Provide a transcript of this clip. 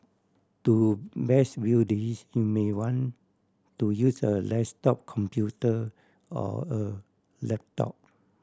to best view this you may want to use a desktop computer or a laptop